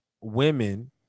women